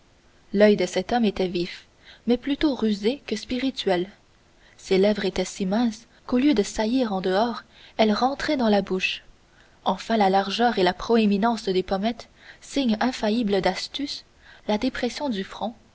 l'oeil de cet homme était vif mais plutôt rusé que spirituel ses lèvres étaient si minces qu'au lieu de saillir en dehors elles rentraient dans la bouche enfin la largeur et la proéminence des pommettes signe infaillible d'astuce la dépression du front